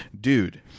Dude